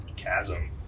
chasm